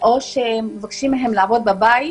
או מבקשים מהם לעבוד מהבית,